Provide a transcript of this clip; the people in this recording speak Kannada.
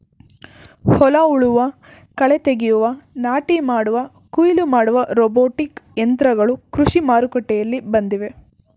ಹೊಲ ಉಳುವ, ಕಳೆ ತೆಗೆಯುವ, ನಾಟಿ ಮಾಡುವ, ಕುಯಿಲು ಮಾಡುವ ರೋಬೋಟಿಕ್ ಯಂತ್ರಗಳು ಕೃಷಿ ಮಾರುಕಟ್ಟೆಯಲ್ಲಿ ಬಂದಿವೆ